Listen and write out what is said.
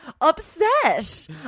upset